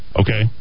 Okay